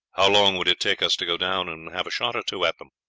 how long would it take us to go down and have a shot or two at them